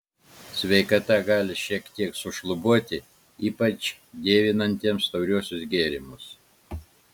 sveikata gali šiek tiek sušlubuoti ypač dievinantiems tauriuosius gėrimus